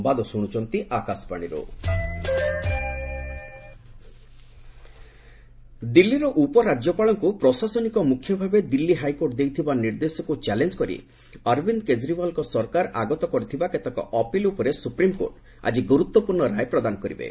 SC Delhi ଦିଲ୍ଲୀର ଉପରାଜ୍ୟପାଳଙ୍କୁ ପ୍ରଶାସନିକ ମୁଖ୍ୟ ଭାବେ ଦିଲ୍ଲୀ ହାଇକୋର୍ଟ ଦେଇଥିବା ନିର୍ଦ୍ଦେଶକୁ ଚ୍ୟାଲେଞ୍ଜ୍ କରି ଅରବିନ୍ଦ କେଜରିଓ୍ୱାଲଙ୍କ ସରକାର ଆଗତ କରିଥିବା କେତେକ ଅପିଲ୍ ଉପରେ ସୁପ୍ରିମକୋର୍ଟ ଆଜି ଗୁରୁତ୍ୱପୂର୍ଣ୍ଣ ରାୟ ପ୍ରଦାନ କରିବେ